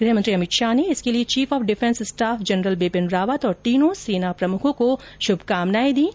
गृहमंत्री अमित शाह ने इसके लिए chief of defence staff general Bipin Rawat और तीनों सेना प्रमुखों को शुभकामनाए दी हैं